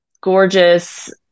gorgeous